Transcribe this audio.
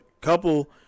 couple